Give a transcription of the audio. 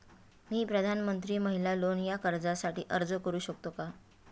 मी प्रधानमंत्री महिला लोन या कर्जासाठी अर्ज करू शकतो का?